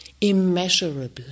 immeasurable